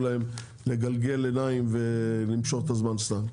להם לגלגל עיניים ולמשוך את הזמן סתם.